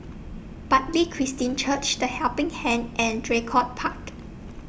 Bartley Christian Church The Helping Hand and Draycott Park